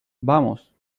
vamos